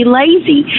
lazy